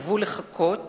והצטוו לחכות